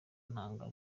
ntanga